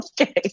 okay